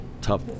tough